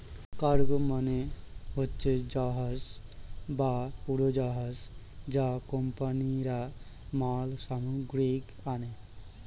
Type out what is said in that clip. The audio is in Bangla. কার্গো মানে হচ্ছে জাহাজ বা উড়োজাহাজ যা কোম্পানিরা মাল সামগ্রী আনে